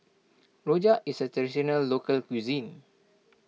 Rojak is a Traditional Local Cuisine